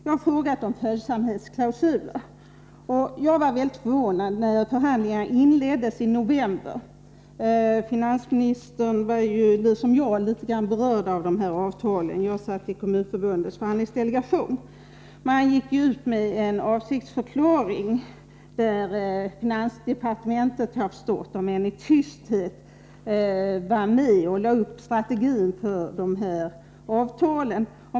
Jag har frågat om följsamhetsklausuler. I november när förhandlingarna inleddes var jag väldigt förvånad. Finansministern, liksom jag, berördes ju i viss mån av avtalen i fråga. Jag satt nämligen med i Kommunförbundets förhandlingsdelegation. Man gick ut med en avsiktsförklaring, där finansdepartementet, har jag förstått, om än i tysthet var med och lade upp strategin för avtalen.